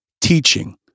teaching